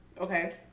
Okay